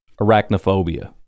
Arachnophobia